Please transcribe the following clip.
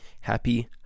happy